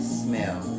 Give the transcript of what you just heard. smell